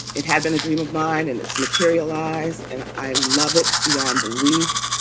it had been a dream of mine and it's materialized. and i love it. beyond belief,